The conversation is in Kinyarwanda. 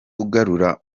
ugarura